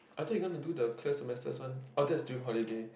I thought you're gonna do the quest semester's one oh that is dream holiday